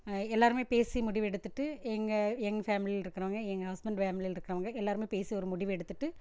எல்லோருமே பேசி முடிவு எடுத்துவிட்டு எங்கள் எங்கள் ஃபேமிலியில் இருக்கிறவங்க எங்கள் ஹஸ்பெண்ட் ஃபேமிலியில் இருக்கிறவங்க எல்லோருமே பேசி ஒரு முடிவு எடுத்துவிட்டு